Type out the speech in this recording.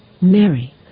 Mary